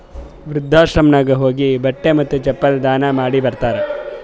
ವೃದ್ಧಾಶ್ರಮನಾಗ್ ಹೋಗಿ ಬಟ್ಟಿ ಮತ್ತ ಚಪ್ಪಲ್ ದಾನ ಮಾಡಿ ಬರ್ತಾರ್